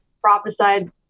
prophesied